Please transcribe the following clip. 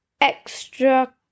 extra